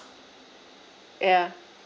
ya